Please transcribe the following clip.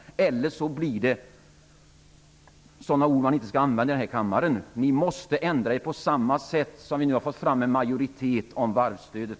Annars får ni höra sådana ord som man inte skall använda i denna kammare. Ni måste ändra er på samma sätt som nu har skett. Nu har vi ju fått fram en majoritet för varvsstödet.